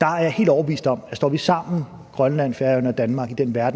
er jeg helt overbevist om, at står vi sammen, Grønland, Færøerne og Danmark,